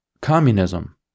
communism